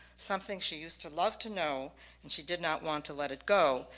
something she used to love to know and she did not want to let it go.